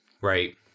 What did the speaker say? Right